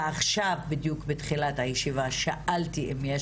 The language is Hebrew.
ועכשיו בדיוק בתחילת הישיבה שאלתי אם יש